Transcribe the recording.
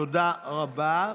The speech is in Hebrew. תודה רבה.